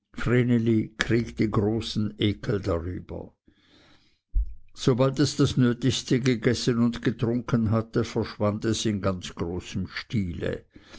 kriegte großen ekel darüber sobald es das nötigste gegessen und getrunken hatte verschwand es ganz in großem stile